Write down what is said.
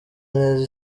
neza